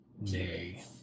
nay